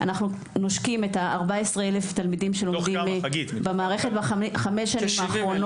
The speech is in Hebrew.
אנחנו נושקים את ה-14,000 תלמידים שלומדים במערכת בחמש השנים האחרונות.